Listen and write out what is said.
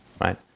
right